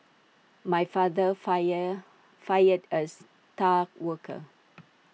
my father fired fired A star worker